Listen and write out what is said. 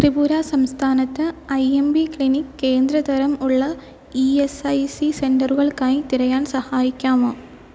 ത്രിപുര സംസ്ഥാനത്ത് I M P clinic കേന്ദ്ര തരം ഉള്ള ഇ എസ് ഐ സി സെൻറ്ററുകൾക്കായി തിരയാൻ സഹായിക്കാമോ